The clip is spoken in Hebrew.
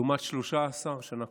לעומת 13 בשנה קודמת.